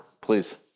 please